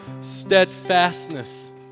steadfastness